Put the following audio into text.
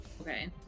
okay